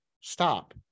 stop